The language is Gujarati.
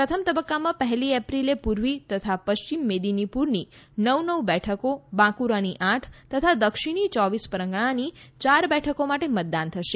પ્રથમ તબક્કામાં પહેલી એપ્રિલે પૂર્વી તથા પશ્ચિમ મેદિનીપુરની નવ નવ બેઠકો બાંકુરાની આઠ તથા દક્ષિણી યૌવીસ પરગણાંની ચાર બેઠકો માટે મતદાન થશે